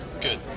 Good